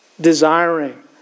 desiring